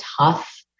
tough